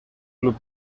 club